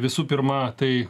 visų pirma tai